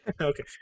Okay